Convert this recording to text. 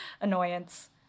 annoyance